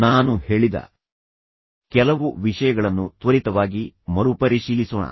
ನಾನು ಹೇಳಿದ ಕೆಲವು ವಿಷಯಗಳನ್ನು ತ್ವರಿತವಾಗಿ ಮರುಪರಿಶೀಲಿಸೋಣ